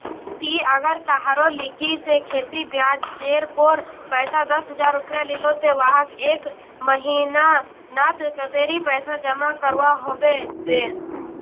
ती अगर कहारो लिकी से खेती ब्याज जेर पोर पैसा दस हजार रुपया लिलो ते वाहक एक महीना नात कतेरी पैसा जमा करवा होबे बे?